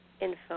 info